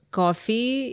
coffee